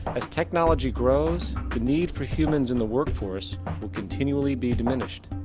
as technology grows the need for humans in the work force will continually be diminished.